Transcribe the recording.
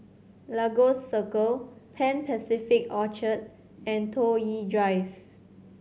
Lagos Circle Pan Pacific Orchard and Toh Yi Drive